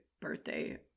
birthday